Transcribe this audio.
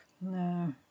No